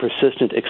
persistent